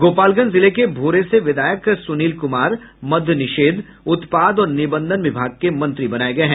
गोपालगंज जिले के भोरे से विधायक सुनील कुमार मद्य निषेध उत्पाद और निबंधन विभाग के मंत्री बनाये गये हैं